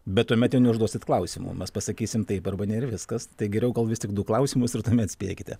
bet tuomet jau neužduosit klausimų mes pasakysim taip arba ne ir viskas tai geriau gal vis tik du klausimus ir tuomet spėkite